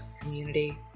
community